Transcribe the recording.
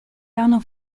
erano